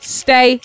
stay